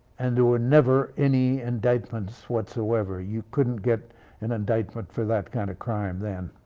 and there were never any indictments whatsoever. you couldn't get an indictment for that kind of crime then.